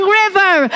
river